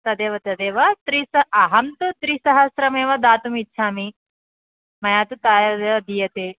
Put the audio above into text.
तदेव तदेव त्रिस अहं तु त्रिसहस्रमेव दातुमिच्छामि मया तु तावदेव दीयते